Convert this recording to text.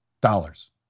dollars